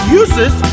uses